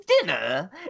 dinner